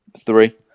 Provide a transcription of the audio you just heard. Three